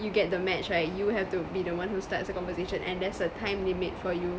you get the match right you have to be the one who starts a conversation and there's a time limit for you